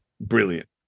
brilliant